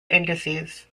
indices